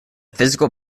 physical